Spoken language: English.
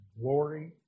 glory